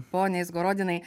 pone izgorodinai